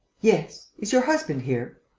yes. is your husband here?